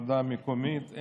ועדה מקומית,